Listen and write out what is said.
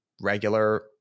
regular